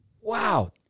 Wow